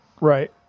Right